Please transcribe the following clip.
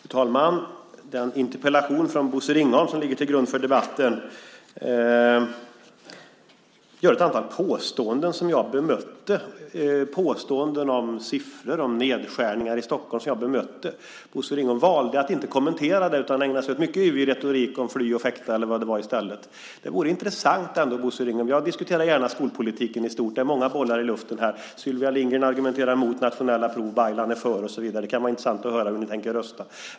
Fru talman! I den interpellation från Bosse Ringholm som ligger till grund för debatten görs ett antal påståenden som jag bemötte, påståenden om siffror och om nedskärningar i Stockholm. Bosse Ringholm valde att inte kommentera det utan ägnade sig i stället åt en mycket yvig retorik om att fly och fäkta eller vad det var. Jag diskuterar gärna skolpolitiken i stort. Det finns många bollar i luften här. Sylvia Lindgren argumenterar mot nationella prov, Ibrahim Baylan är för och så vidare. Det vore därför intressant att få höra hur ni tänker rösta.